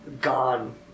gone